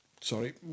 sorry